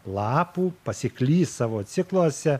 lapų pasiklys savo cikluose